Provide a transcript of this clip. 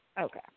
Okay